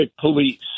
police